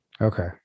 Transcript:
Okay